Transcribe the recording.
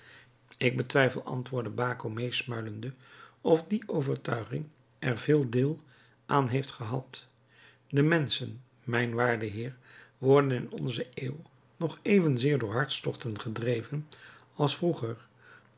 ik betwijfel antwoordde baco meesmuilende of die overtuiging er veel deel aan heeft gehad de menschen mijn waarde heer worden in onze eeuw nog evenzeer door hartstochten gedreven als vroeger